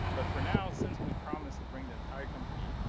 but for now since we promised to bring the entire company,